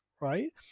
right